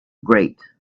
great